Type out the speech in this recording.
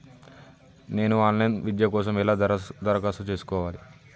నేను online విద్య కోసం ఎలా దరఖాస్తు చేసుకోవాలి?